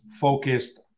focused